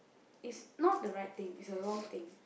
is not the right thing is a wrong thing